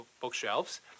bookshelves